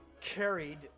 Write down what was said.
carried